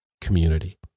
community